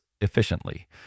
Efficiently